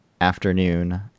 afternoon